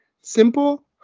simple